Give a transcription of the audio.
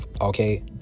okay